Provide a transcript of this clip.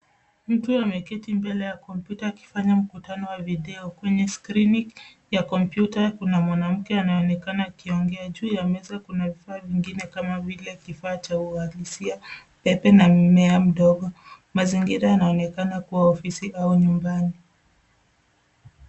Mtu ameketi mbele ya kompyuta akifanya mkutano wa video. Kwenye skrini ya kompyuta kuna mwanamke anaonekana akiongea. Juu ya meza kuna vifaa vingine kama vile kifaa cha uhalisia, pepe na mmea mdogo. Mazingira yanaonekana kuwa ofisi au nyumbani.